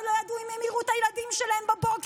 ולא ידעו אם הם יראו את הילדים שלהם בבוקר,